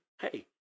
hey